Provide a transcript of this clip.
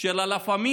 של לה פמיליה